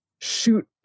shoot